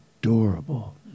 adorable